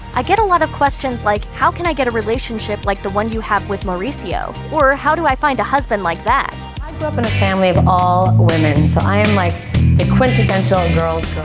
i get a lot of questions like how can i get a relationship like the one you have with mauricio or how do i find a husband like that i grew up in a family of all women, so i am, like, the quintessential girl's